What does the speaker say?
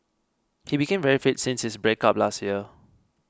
he became very fit since his breakup last year